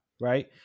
Right